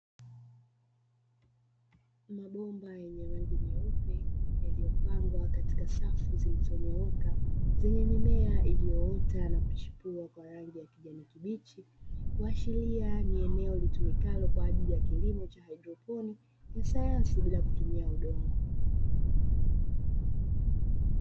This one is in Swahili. Mabomba yenye rangi nyeupe yaliyopangwa katika safu zilizonyooka zenye mimea iliyoota na kuchipua kwa rangi ya kijani kibichi, kuashiria ni eneo litumikalo kwa ajili ya kilimo cha haidroponi ya sayansi bila kutumia udongo.